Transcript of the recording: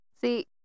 see